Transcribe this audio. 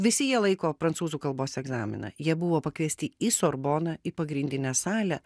visi jie laiko prancūzų kalbos egzaminą jie buvo pakviesti į sorboną į pagrindinę salę